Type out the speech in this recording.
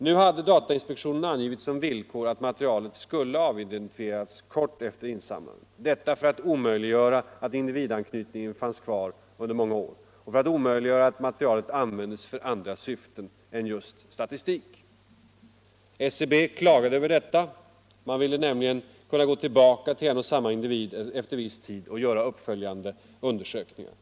Nu hade datainspektionen angivit som villkor att materialet skulle avidentifieras kort efter insamlandet, detta för att omöjliggöra både att individanknytningen fanns kvar under många år och att materialet användes för andra syften än just statistik. SCB klagade över detta. Man ville nämligen kunna gå tillbaka till en och samma individ efter viss tid och göra uppföljande undersökningar.